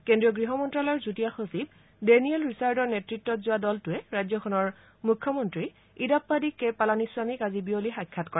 কেন্দ্ৰীয় গৃহমন্তালয়ৰ যুটীয়া সচিব ডেনিয়েল ৰিচাৰ্ডৰ নেতত্বত যোৱা দলটোৱে ৰাজ্যখনৰ মুখ্যমন্ত্ৰী ইডাপাড্ডি কে পালানিস্বামীক আজি বিয়লি সাক্ষাৎ কৰে